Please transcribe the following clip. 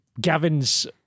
Gavin's